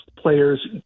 players